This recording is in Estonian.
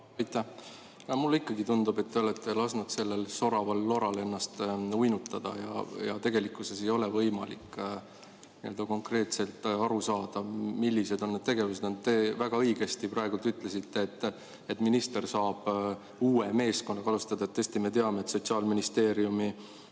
Aitäh! Mulle ikkagi tundub, et te olete lasknud sellel soraval loral ennast uinutada. Tegelikult ei ole võimalik konkreetselt aru saada, millised on need tegevused olnud. Te väga õigesti praegu ütlesite, et minister saab uue meeskonnaga alustada. Tõesti, me teame, et Sotsiaalministeeriumi